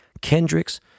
Kendricks